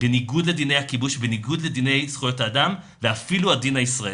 בניגוד לדיני הכיבוש ובניגוד לדיני זכויות אדם ואפילו הדין הישראלי.